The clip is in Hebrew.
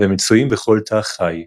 והם מצויים בכל תא חי.